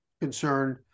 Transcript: concerned